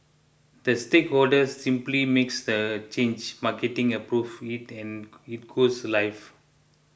the stakeholder simply makes the change marketing approves it and it goes live